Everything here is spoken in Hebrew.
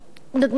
דוגמה שנייה,